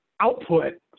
output